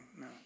No